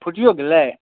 फूटिओ गेलै